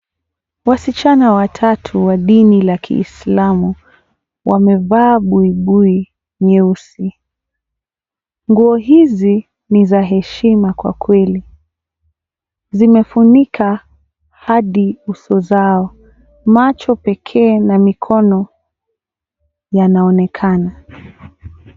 Wasichana watatu wa dini ya kiislamu wamevaa buibui nyeusi. Nguo hizi ni za heshima kweli, zimefunika hadi uso zao, macho pekee na mikono yanayoonekana.